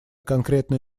конкретная